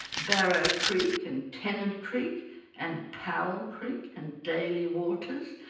barrow creek, and tennant creek and powell creek, and daily waters,